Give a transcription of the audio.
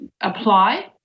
apply